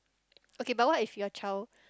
okay but if your child